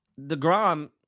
DeGrom